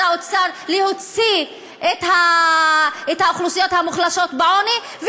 האוצר להוציא את האוכלוסיות המוחלשות מהעוני,